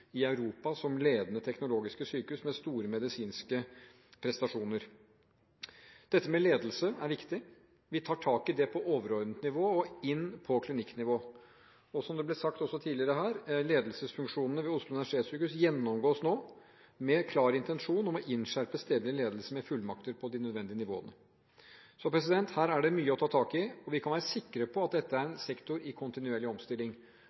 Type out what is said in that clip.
i Europa som ledende teknologiske sykehus med store medisinske prestasjoner. Ledelse er viktig. Vi tar tak i det på overordnet nivå og nede på klinikknivå. Som det også ble sagt her tidligere, ledelsesfunksjonene ved Oslo universitetssykehus gjennomgås nå, med klar intensjon om å gi stedlig ledelse fullmakter på de nødvendige nivåene. Her er det mye å ta tak i. Vi kan være sikre på at dette er en sektor i kontinuerlig omstilling.